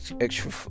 extra